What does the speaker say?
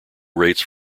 rates